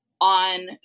on